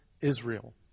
Israel